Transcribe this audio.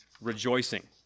rejoicing